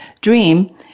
dream